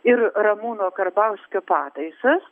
ir ramūno karbauskio pataisas